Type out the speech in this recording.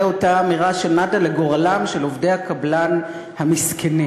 אותה אמירה שנדה לגורלם של עובדי הקבלן המסכנים.